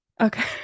Okay